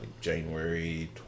January